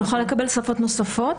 נוכל לקבל שפות נוספות?